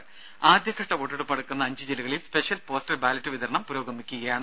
ദേദ ആദ്യഘട്ട വോട്ടെടുപ്പ് നടക്കുന്ന അഞ്ച് ജില്ലകളിൽ സ്പെഷ്യൽ പോസ്റ്റൽ ബാലറ്റ് വിതരണം പുരോഗമിക്കുകയാണ്